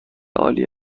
عالی